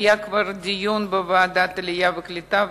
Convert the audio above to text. מכיוון שהיה כבר דיון בוועדת העלייה והקליטה,